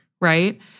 right